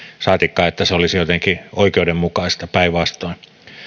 saatikka että se olisi jotenkin oikeudenmukaista päinvastoin